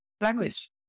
language